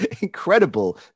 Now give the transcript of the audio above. incredible